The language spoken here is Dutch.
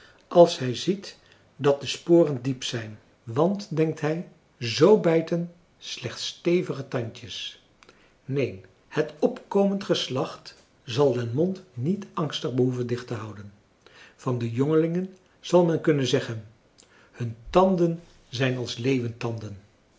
als hij ziet dat de sporen diep zijn want denkt hij zoo bijten slechts stevige tandjes neen het opkomend geslacht zal den mond niet angstig behoeven dicht te houden van de jongelingen zal men kunnen zeggen hun tanden zijn als leeuwentanden